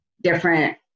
different